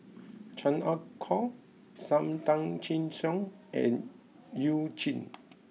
Chan Ah Kow Sam Tan Chin Siong and you Jin